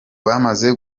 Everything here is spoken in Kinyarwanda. bamaze